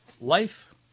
Life